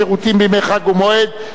שירותים בימי חג ומועד),